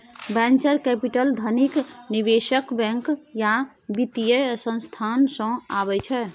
venture capital धनिक निबेशक, bank या बित्तीय संस्थान सँ अबै छै